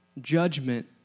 judgment